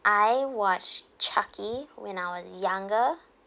I watched chucky when I was younger